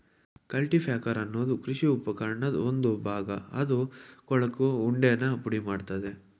cultipacker ಅನ್ನೋದು ಕೃಷಿ ಉಪಕರಣದ್ ಒಂದು ಭಾಗ ಅದು ಕೊಳಕು ಉಂಡೆನ ಪುಡಿಮಾಡ್ತದೆ